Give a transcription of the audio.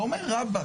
ואומר - רבאק,